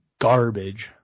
garbage